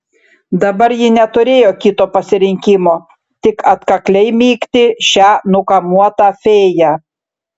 dabar ji neturėjo kito pasirinkimo tik atkakliai mygti šią nukamuotą fėją